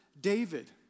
David